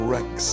Rex